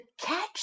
catch